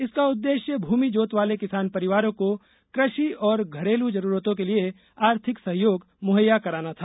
इसका उद्देश्य भूमि जोत वाले किसान परिवारों को कृषि और घरेल जरूरतों के लिए आर्थिक सहयोग मुहैया कराना था